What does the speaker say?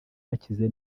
bakize